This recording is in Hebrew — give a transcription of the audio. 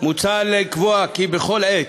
על כך,